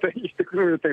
tai iš tikrųjų tai